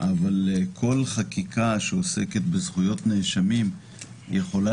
אבל אני חושב שכל חקיקה שעוסקת בזכויות נאשמים יכולה